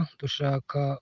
tushaka